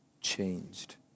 changed